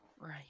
right